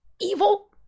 evil